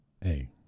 Hey